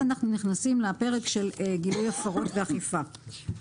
אנחנו נכנסים לפרק של גילוי הפרות ואכיפה.